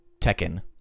tekken